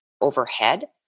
overhead